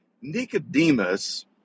Nicodemus